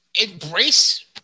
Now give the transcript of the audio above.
Embrace